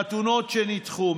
חתונות שנדחו,